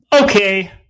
Okay